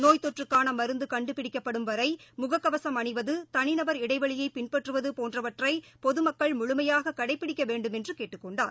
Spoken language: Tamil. நோய்த்தொற்றுக்கானமருந்துகண்டுபிடிக்கப்படும் வரைமுகக்கவசம் அணிவது தனிநபர் இடைவெளியைபின்பற்றுவதுபோன்றவற்றைபொதுமக்கள் முழுமையாககடைபிடிக்கவேண்டும் என்றுகேட்டுக் கொண்டார்